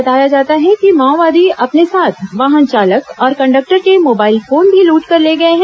बताया जाता है कि माओवादी अपने साथ वाहन चालक और कंडक्टर के मोबाइल फोन भी लूटकर ले गए हैं